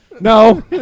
No